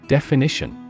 Definition